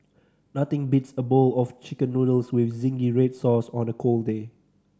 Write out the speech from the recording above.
nothing beats a bowl of Chicken Noodles with zingy red sauce on a cold day